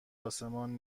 آسمان